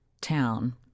town